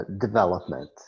development